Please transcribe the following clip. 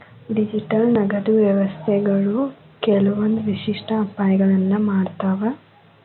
digital ನಗದು ವ್ಯವಸ್ಥೆಗಳು ಕೆಲ್ವಂದ್ ವಿಶಿಷ್ಟ ಅಪಾಯಗಳನ್ನ ಮಾಡ್ತಾವ